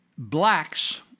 blacks